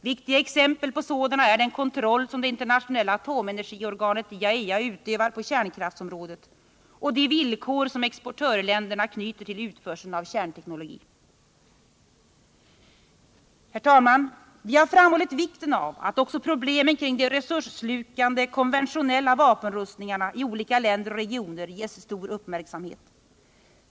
Viktiga exempel på sådana är den kontroll som det internationella atomenergiorganet IAEA utövar på kärnkraftsområdet och de villkor som exportörländerna knyter till utförseln av kärnteknologi. Vi har framhållit vikten av att också problemen kring de resursslukande konventionella vapenrustningarna i olika länder och regioner ges stor uppmärksamhet.